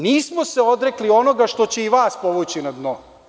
Nismo se odrekli onoga što će i vas povući na dno.